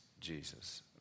Jesus